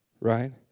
right